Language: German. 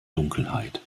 dunkelheit